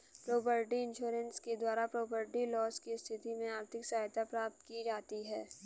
property insurance के द्वारा property loss की स्थिति में आर्थिक सहायता प्राप्त की जाती है